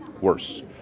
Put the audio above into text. worse